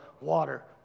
water